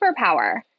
superpower